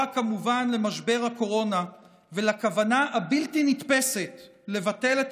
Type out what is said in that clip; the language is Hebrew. כמובן למשבר הקורונה ולכוונה הבלתי-נתפסת לבטל את